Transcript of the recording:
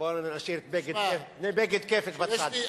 בוא נשאיר את בג"ד-כפ"ת בצד.